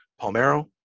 Palmero